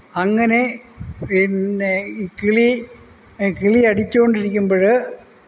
അങ്ങനെ പിന്നെ ഈ കിളി കിളി അടിച്ചുകൊണ്ടിരിക്കുമ്പോൾ